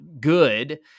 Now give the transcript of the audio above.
good